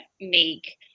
make